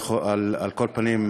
על כל פנים,